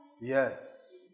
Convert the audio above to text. Yes